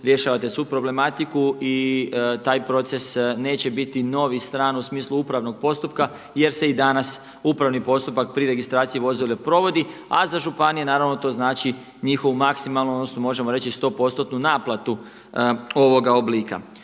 rješavate svu problematiku i taj proces neće biti novi i stran u smislu upravnog postupka jer se i danas upravni postupak pri registraciji vozila provodim, a za županije naravno to znači njihovu maksimalnu odnosno možemo reći 100%-nu naplatu ovoga oblika.